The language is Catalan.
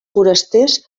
forasters